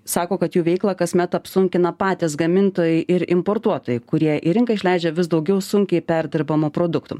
sako kad jų veiklą kasmet apsunkina patys gamintojai ir importuotojai kurie į rinką išleidžia vis daugiau sunkiai perdirbamų produktų